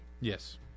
Yes